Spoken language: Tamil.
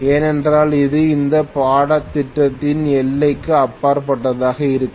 ஏனென்றால் அது இந்த பாடத்திட்டத்தின் எல்லைக்கு அப்பாற்பட்டதாக இருக்கும்